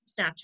Snapchat